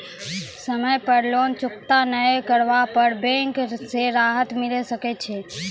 समय पर लोन चुकता नैय करला पर बैंक से राहत मिले सकय छै?